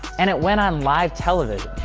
and it went on live television.